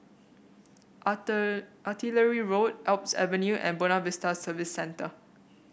Artillery Road Alps Avenue and Buona Vista Service Centre